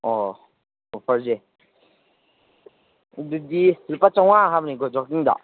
ꯑꯣ ꯑꯣꯐꯔꯁꯦ ꯑꯗꯨꯗꯤ ꯂꯨꯄꯥ ꯆꯥꯝꯉꯥ ꯍꯥꯏꯕꯅꯤꯀꯣ ꯖꯣꯀꯤꯡꯗꯣ